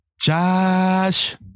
Josh